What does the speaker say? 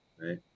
right